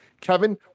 Kevin